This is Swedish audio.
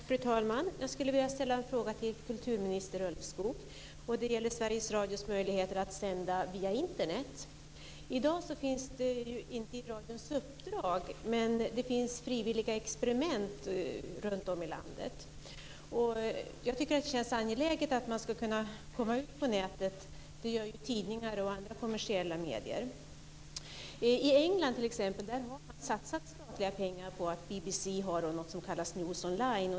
Fru talman! Jag skulle vilja ställa en fråga till kulturminister Ulvskog. Det gäller Sveriges Radios möjligheter att sända via Internet. I dag finns det inte i radions uppdrag, men det finns frivilliga experiment runtom i landet. Jag tycker att det känns angeläget att man ska kunna komma ut på nätet. Det gör ju tidningar och andra kommersiella medier. I England, t.ex., har man satsat statliga pengar på BBC:s verksamhet som kallas News on line.